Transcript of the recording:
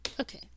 Okay